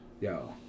Yo